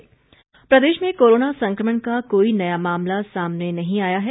corona update प्रदेश में corona संक्रमण का कोई नया मामला सामने नहीं आया है